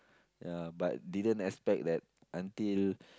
ya but didn't expect that until